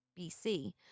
BC